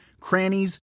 crannies